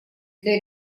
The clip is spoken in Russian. для